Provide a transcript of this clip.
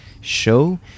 show